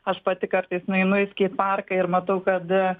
aš pati kartais nueinu į skeit parką ir matau kad